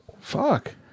Fuck